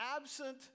absent